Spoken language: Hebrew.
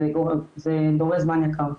זה דורש זמן יקר.